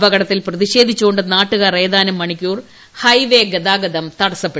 അപകടത്തിൽ പ്രതിഷേധിച്ചുകൊണ്ട് നാട്ടുകാർ ഏത്യന്ും മണിക്കൂർ ഹൈവേയിൽ ഗതാഗതം തടഞ്ഞു